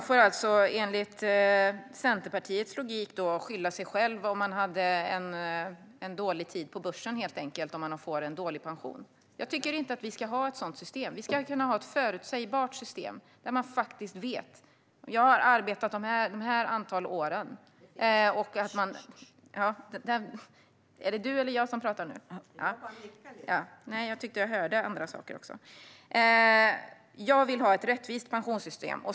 Fru talman! Enligt Centerpartiets logik får man alltså skylla sig själv om man får en dålig pension för att det har varit en dålig tid på börsen. Jag tycker inte att vi ska ha ett sådant system. Vi ska ha ett förutsägbart system, där man faktiskt vet hur det blir när man har arbetat ett visst antal år. Jag vill ha ett rättvist pensionssystem.